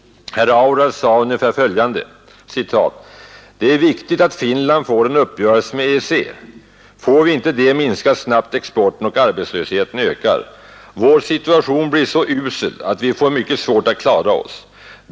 Herr Aura sa ungefär följande: ”Det är viktigt att Finland får en uppgörelse med EEC. Får vi inte det, minskas snabbt exporten och arbetslösheten ökar. Vår situation blir så usel att vi får mycket svårt att klara oss.